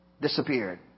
disappeared